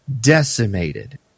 decimated